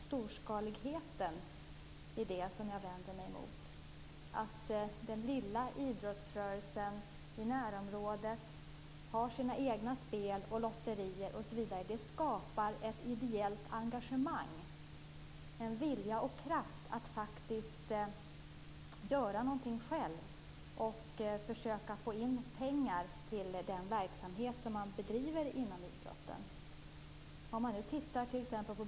Det skapar ett ideellt engagemang när den lilla idrottsrörelsen i närområdet har sina egna spel och lotterier, en vilja och kraft att själv försöka få in pengar till verksamheten.